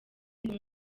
ndi